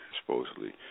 supposedly